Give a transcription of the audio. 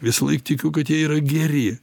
visąlaik tikiu kad jie yra geri